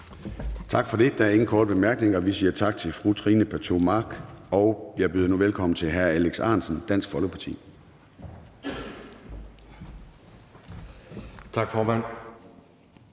Gade): Der er ingen korte bemærkninger, og vi siger tak til fru Trine Pertou Mach. Jeg byder nu velkommen til hr. Alex Ahrendtsen, Dansk Folkeparti. Kl.